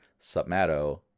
Submato